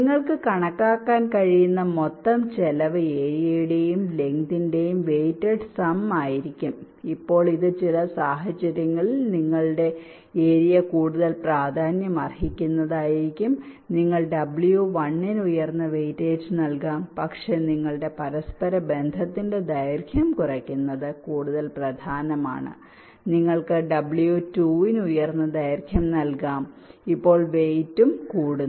നിങ്ങൾക്ക് കണക്കാക്കാൻ കഴിയുന്ന മൊത്തം ചെലവ് ഏരിയ യുടെയും ലെങ്ങ്തിന്റെയും വെയ്ഗ്റ്റഡ് സം ആയിരിക്കുംഇപ്പോൾ ഇത് ചില സാഹചര്യങ്ങളിൽ നിങ്ങളുടെ ഏരിയ കൂടുതൽ പ്രാധാന്യമർഹിക്കുന്നതായിരിക്കും നിങ്ങൾ w1 ന് ഉയർന്ന വെയിറ്റേജ് നൽകാം പക്ഷേ നിങ്ങളുടെ പരസ്പര ബന്ധത്തിന്റെ ദൈർഘ്യം കുറയ്ക്കുന്നത് കൂടുതൽ പ്രധാനമാണ് നിങ്ങൾക്ക് w2 ന് ഉയർന്ന ദൈർഘ്യം നൽകാം അപ്പോൾ വെയ്ഗ്റ്റും കൂടുന്നു